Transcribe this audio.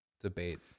debate